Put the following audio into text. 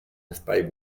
espai